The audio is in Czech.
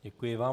Děkuji vám.